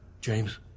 James